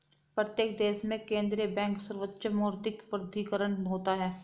प्रत्येक देश में केंद्रीय बैंक सर्वोच्च मौद्रिक प्राधिकरण होता है